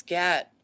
get